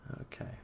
Okay